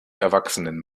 erwachsenen